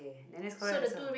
then that's correct also